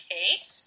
Kate